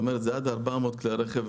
זה עד 400 כלי רכב.